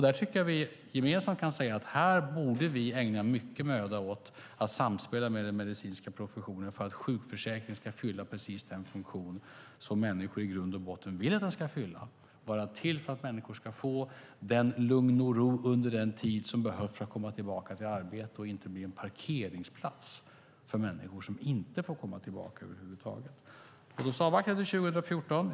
Där tycker jag att vi gemensamt kan säga att vi borde ägna mycket möda åt att samspela med den medicinska professionen för att sjukförsäkringen ska fylla den funktion som människor i grund och botten vill att den ska fylla. Den ska vara till för att människor ska få lugn och ro under den tid som behövs för att de ska komma tillbaka till arbete, men det ska inte bli en parkeringsplats för människor som inte får komma tillbaka över huvud taget. Låt oss avvakta till 2014.